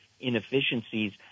inefficiencies